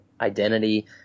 identity